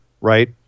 right